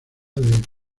del